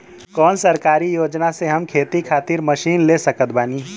कौन सरकारी योजना से हम खेती खातिर मशीन ले सकत बानी?